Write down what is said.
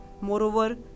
moreover